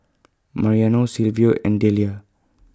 Mariano Silvio and Dellia